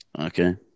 Okay